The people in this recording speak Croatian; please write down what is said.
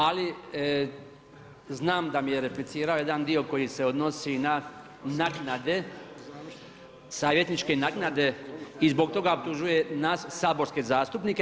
Ali znam da mi je replicirao jedan dio koji se odnosi na naknade, savjetničke naknade i zbog toga optužuje nas saborske zastupnike.